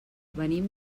venim